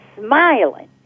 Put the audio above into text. smiling